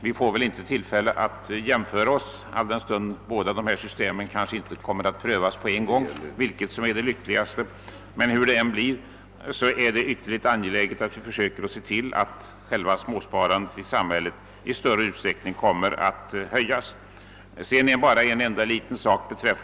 Vi får väl inte tillfälle att jamföra våra system, alldenstund inte båda kommer att prövas på en gång. Hur det än blir, är det ytterligt angeläget att vi försöker se till att själva små sparandet i samhället i större utsträckning kan ökas.